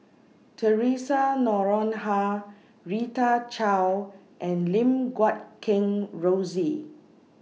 Theresa Noronha Rita Chao and Lim Guat Kheng Rosie